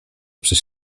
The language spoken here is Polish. przez